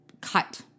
cut